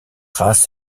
race